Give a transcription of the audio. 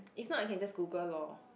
if not I can just Google loh